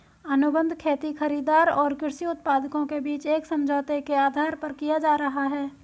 अनुबंध खेती खरीदार और कृषि उत्पादकों के बीच एक समझौते के आधार पर किया जा रहा है